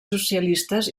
socialistes